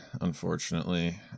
unfortunately